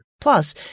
Plus